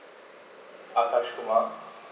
akash kumar